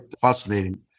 fascinating